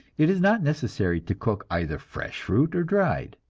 it is not necessary to cook either fresh fruit or dried.